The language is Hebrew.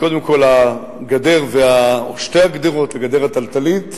קודם כול, הגדר או שתי הגדרות, הגדר התלתלית,